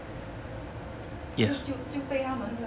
可是就就被他们的